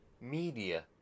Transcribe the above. Media